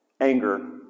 anger